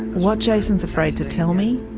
what jason's afraid to tell me.